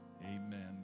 Amen